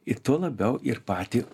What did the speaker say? ir tuo labiau ir patį